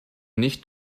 nicht